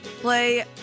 Play